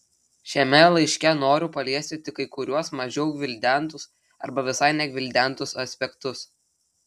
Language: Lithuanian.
šiame laiške noriu paliesti tik kai kuriuos mažiau gvildentus arba visai negvildentus aspektus